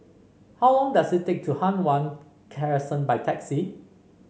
how long does it take to Hua Guan Crescent by taxi